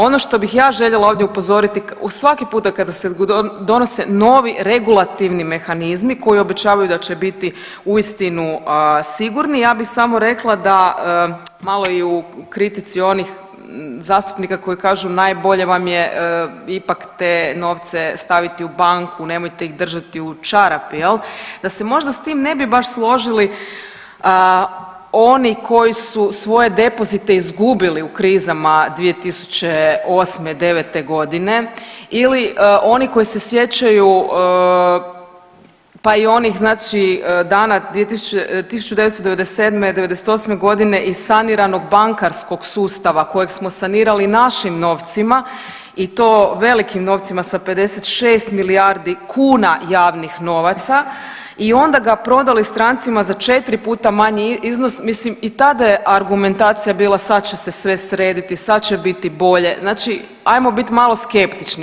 Ono što bih ja željela ovdje upozoriti svaki puta kada se donose novi regulativni mehanizmi koji obećavaju da će biti uistinu sigurni, ja bih samo rekla da i u kritici onih zastupnika koji kažu najbolje vam je ipak te novce staviti u banku, nemojte ih držati u čarapi, da se možda s tim ne bi baš složili oni koji su svoje depozite izgubili u krizama 2008., devete godine ili oni koji se sjećaju, pa i onih znači dana 1997.-'98.g. i saniranog bankarskog sustava kojeg smo sanirali našim novcima i to velikim novcima sa 56 milijardi kuna javnih novaca i onda ga prodali strancima za četiri puta manji iznos, mislim i tada je argumentacija bila sad će se sve srediti, sad će biti bolje, znači ajmo bit malo skeptični.